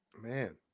man